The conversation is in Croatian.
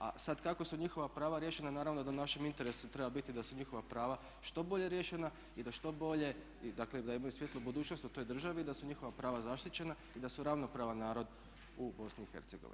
A sad kako su njihova prava riješena naravno da u našem interesu treba biti da su njihova prava što bolje riješena i da što bolje, dakle da imaju svijetlu budućnost u toj državi, da su njihova prava zaštićena i da su ravnopravan narod u BiH.